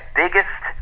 biggest